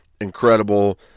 incredible